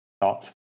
thoughts